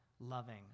Loving